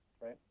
Right